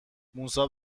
موسی